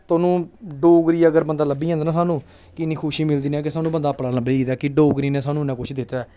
थाह्नूं डोगरी अगर बंदा लब्भी जंदा ना सानूं कि इ'न्नी खुशी मिलदी कि सानूं अपना बंदा लब्भी गेआ ऐ कि डोगरी ने सानूं इ'न्ना कुछ दित्ते दा ऐ